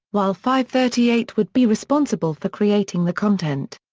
while fivethirtyeight would be responsible for creating the content.